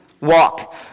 walk